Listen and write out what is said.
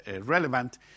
relevant